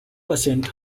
percent